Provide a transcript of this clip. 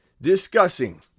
discussing